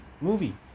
movie